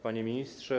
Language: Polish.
Panie Ministrze!